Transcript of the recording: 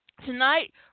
tonight